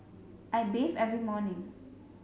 I bathe every morning